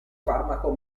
farmaco